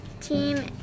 team